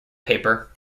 paper